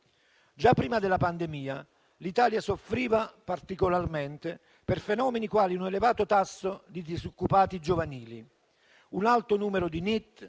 Già prima della pandemia l'Italia soffriva particolarmente per fenomeni quali un elevato tasso di disoccupati giovanili e un alto numero di NEET